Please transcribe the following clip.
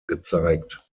gezeigt